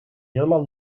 helemaal